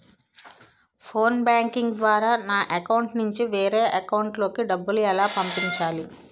Phone banking ద్వారా నా account నుంచి వేరే అకౌంట్ లోకి డబ్బులు ఎలా పంపించాలి?